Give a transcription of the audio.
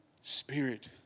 spirit